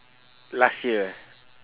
last year ah